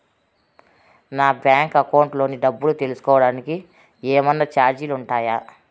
నా bank account లోని డబ్బు తెలుసుకోవడానికి కోవడానికి ఏమన్నా చార్జీలు ఉంటాయా?